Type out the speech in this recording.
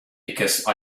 because